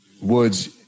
Woods